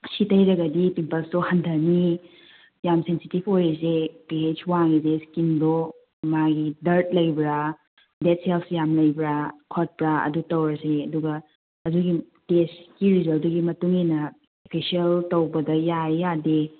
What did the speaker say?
ꯁꯤ ꯇꯩꯔꯒꯗꯤ ꯄꯤꯝꯄꯜꯁꯇꯣ ꯍꯟꯗꯅꯤ ꯌꯥꯝ ꯁꯦꯟꯁꯤꯇꯤꯕ ꯑꯣꯏꯔꯤꯁꯦ ꯄꯤ ꯍꯩꯁ ꯋꯥꯡꯂꯤꯁ ꯏꯁꯀꯤꯟꯗꯣ ꯃꯥꯒꯤ ꯗꯔꯠ ꯂꯩꯕ꯭ꯔꯥ ꯗꯦꯗ ꯁꯦꯜꯁ ꯌꯥꯝ ꯂꯩꯕ꯭ꯔꯥ ꯈꯣꯠꯄ꯭ꯔꯥ ꯑꯗꯨ ꯇꯧꯔꯁꯤ ꯑꯗꯨꯒ ꯑꯗꯨꯒꯤ ꯇꯦꯁꯀꯤ ꯔꯤꯖꯜꯗꯨꯒꯤ ꯃꯇꯨꯡ ꯏꯟꯅ ꯐꯦꯁꯦꯜ ꯇꯧꯕꯗ ꯌꯥꯏ ꯌꯥꯗꯦ